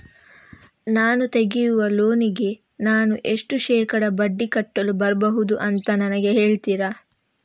ನಾನು ತೆಗಿಯುವ ಲೋನಿಗೆ ನಾನು ಎಷ್ಟು ಶೇಕಡಾ ಬಡ್ಡಿ ಕಟ್ಟಲು ಬರ್ಬಹುದು ಅಂತ ನನಗೆ ಹೇಳ್ತೀರಾ?